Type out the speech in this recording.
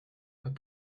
pas